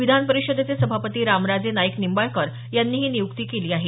विधान परिषदेचे सभापती रामराजे नाईक निंबाळकर यांनी ही नियुक्ती केली आहे